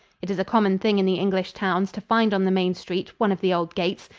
it is a common thing in the english towns to find on the main street one of the old gates,